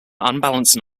unbalanced